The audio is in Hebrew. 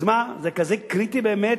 אז מה, זה כזה קריטי באמת